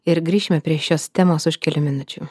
ir grįšime prie šios temos už kelių minučių